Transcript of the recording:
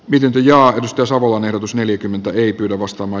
viljelty ja arto savoon erotus neljäkymmentä ei kyllä vastaava